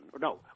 no